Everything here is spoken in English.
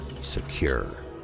Secure